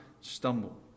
stumble